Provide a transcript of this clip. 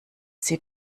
sie